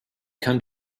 come